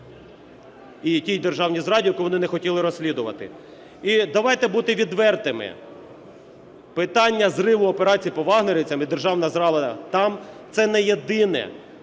і тій державній зраді, яку вони не хотіли розслідувати. І давайте бути відвертими, питання зриву операції по "вагнерівцям" і державна зрада там - це не єдине